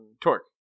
Torque